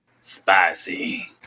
Spicy